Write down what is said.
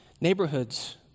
neighborhoods